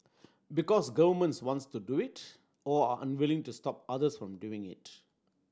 because governments wants to do it or are unwilling to stop others from doing it